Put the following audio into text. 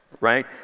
right